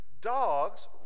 dogs